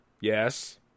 Yes